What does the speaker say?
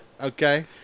Okay